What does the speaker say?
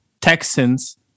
Texans